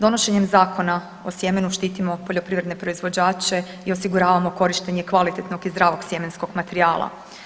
Donošenjem Zakona o sjemenu štitimo poljoprivredne proizvođače i osiguravamo korištenje kvalitetnog i zdravog sjemenskog materijala.